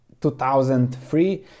2003